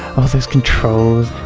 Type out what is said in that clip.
all those controls